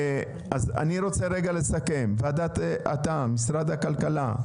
אז אני רוצה רגע לסכם, אתה משרד הכלכלה.